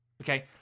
Okay